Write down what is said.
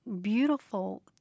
beautiful